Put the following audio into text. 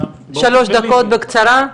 שלוש דקות בקצרה.